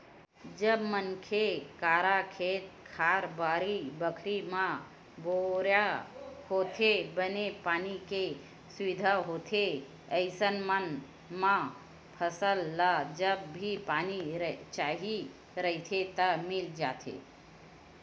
जब मनखे करा खेत खार, बाड़ी बखरी म बोर होथे, बने पानी के सुबिधा होथे अइसन म फसल ल जब भी पानी चाही रहिथे त मिल जाथे